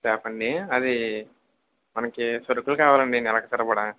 shop అండి అది మనకి సరుకులు కావాలండి నెలకి సరిపడా